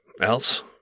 else